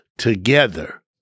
together